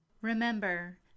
Remember